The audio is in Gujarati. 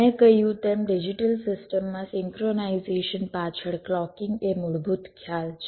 મેં કહ્યું તેમ ડિજિટલ સિસ્ટમ માં સિંક્રોનાઇઝેશન પાછળ ક્લૉકિંગ એ મૂળભૂત ખ્યાલ છે